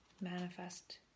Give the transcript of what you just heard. manifest